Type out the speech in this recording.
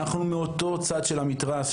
אנחנו מאותו צד של המתרס,